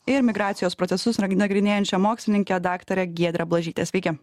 ir migracijos procesus nagrinėjančia mokslininke daktare giedre blažyte sveiki